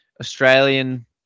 Australian